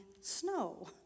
snow